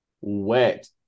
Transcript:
wet